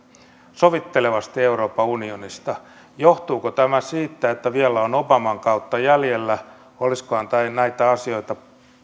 sovittelevasti euroopan unionista johtuuko tämä siitä että vielä on obaman kautta jäljellä olisikohan näitä asioita